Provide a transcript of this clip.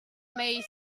made